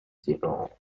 zero